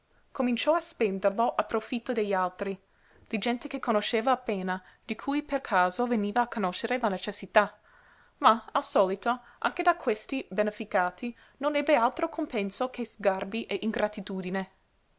cominciò a spenderlo a profitto degli altri di gente che conosceva appena di cui per caso veniva a conoscere la necessità ma al solito anche da questi beneficati non ebbe altro compenso che sgarbi e ingratitudine